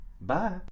Bye